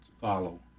follow